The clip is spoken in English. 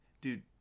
dude